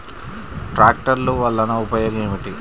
ట్రాక్టర్లు వల్లన ఉపయోగం ఏమిటీ?